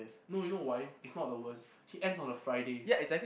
no you know why it's not the worst he ends on a Friday